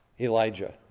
Elijah